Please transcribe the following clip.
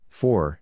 four